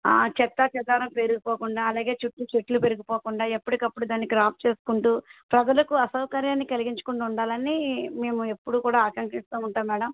ఆ చెత్త చెదారం పేరుకుపోకుండా అలాగే చుట్టు చెట్లు పెరిగిపోకుండా ఎప్పటికప్పుడు దాన్ని క్రాప్ చేసుకుంటు ప్రజలకు అసౌకర్యాన్ని కలిగించకుండా ఉండాలని మేము ఎప్పుడు కూడా ఆకాంక్షిస్తు ఉంటాం మ్యాడమ్